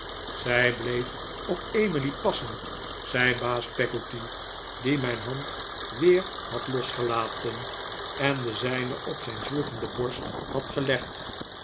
zij bleef op emily passen zei baas peggotty die mijn hand weer had losgelaten en de zijne op zijn zwoegende borst had gelegd